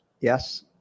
Yes